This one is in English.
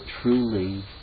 truly